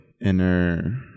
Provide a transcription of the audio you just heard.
inner